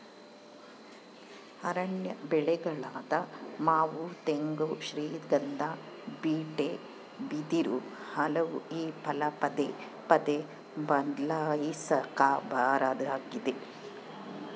ಅರಣ್ಯ ಬೆಳೆಗಳಾದ ಮಾವು ತೇಗ, ಶ್ರೀಗಂಧ, ಬೀಟೆ, ಬಿದಿರು, ಹಲಸು ಈ ಫಲ ಪದೇ ಪದೇ ಬದ್ಲಾಯಿಸಾಕಾ ಬರಂಗಿಲ್ಲ